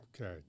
Okay